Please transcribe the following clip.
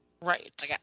Right